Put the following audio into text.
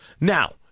Now